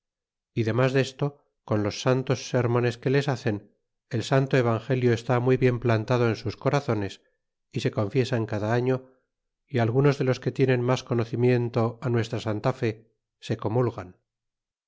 y demás desto con los santos sermones que les hacen el santo evangelio está muy bien plantado en sus corazones y se confiesan cada año y algunos de los que tienen mas conocimiento nuestra santa fé se comulgan